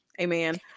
amen